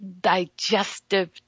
digestive